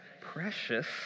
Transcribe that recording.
precious